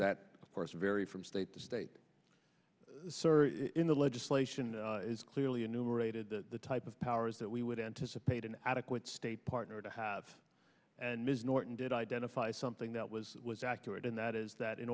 that of course vary from state to state sir in the legislation is clearly enumerated the type of powers that we would anticipate an adequate state partner to have and ms norton did identify something that was was accurate and that is that in